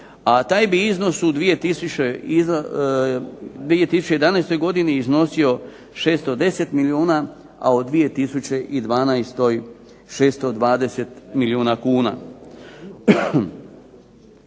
a taj bi iznos u 2011. godini iznosio 610 milijuna, a u 2012. 620 milijuna kuna.